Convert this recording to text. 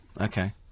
Okay